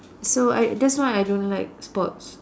so I that's why I don't like sports